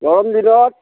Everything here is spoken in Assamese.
গৰম দিনত